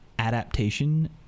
Adaptation